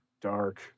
dark